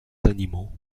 animaux